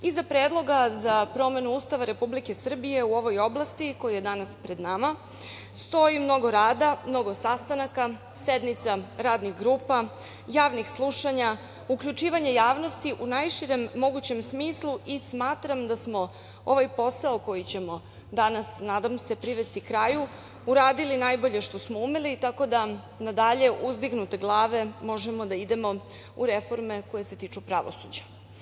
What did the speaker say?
Iza Predloga za promenu Ustava Republike Srbije u ovoj oblasti koji je danas pred nama stoji mnogo rada, mnogo sastanaka, sednica, radnih grupa, javnih slušanja, uključivanja javnosti u najširem mogućem smislu i smatram da smo ovaj posao koji ćemo danas, nadam se, privesti kraju uradili najbolje što smo umeli, tako da nadalje uzdignute glave možemo da idemo u reforme koje se tiču pravosuđa.